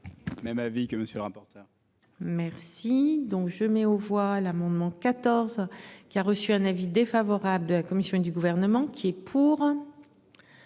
Même avis que monsieur le rapporteur. Merci. Donc je mets aux voix l'amendement 14. Qui a reçu un avis défavorable de la Commission et du gouvernement. Qui est pour.